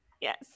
Yes